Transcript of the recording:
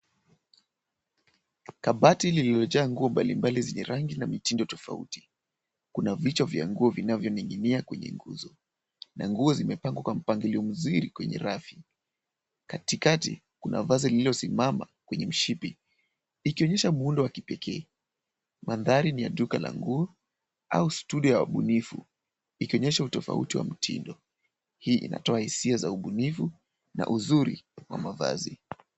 Kabati lililojaa nguo mbalimbali zenye rangi na mitindo tofauti. Kuna vichwa vya nguo vinavyoning'inia kwenye nguzo na nguo zimepangwa kwa mpangilio mzuri kwenye rafu. Katikati kuna vazi lililosimama kwenye mshipi ikionyesha muundo wa kipekee. Mandhari ni ya duka la nguo au studio ya ubunifu ikionyesha utofauti wa mtindo. Hii inatoa hisia za ubunifu na uzuri wa mavazi.